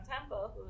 Tempo